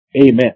amen